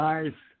Nice